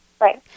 Right